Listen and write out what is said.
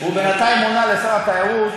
הוא בינתיים מונה לשר התיירות,